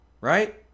right